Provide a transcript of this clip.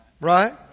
Right